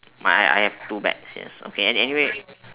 I I I have have two bags yes okay an~ anyway